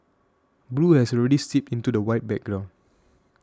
blue has already seeped into the white background